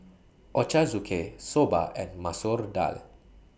Ochazuke Soba and Masoor Dal